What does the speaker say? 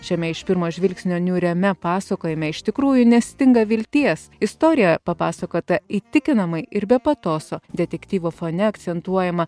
šiame iš pirmo žvilgsnio niūriame pasakojime iš tikrųjų nestinga vilties istorija papasakota įtikinamai ir be patoso detektyvo fone akcentuojama